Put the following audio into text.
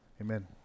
amen